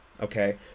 okay